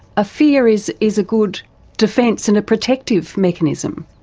a fear is is a good defence and a protective mechanism.